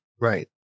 Right